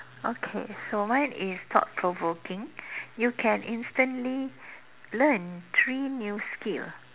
okay so mine is thought provoking you can instantly learn three new skill